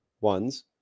ones